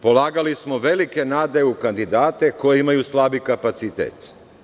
Polagali smo velike nade u kandidate koji imaju slabi kapacitet.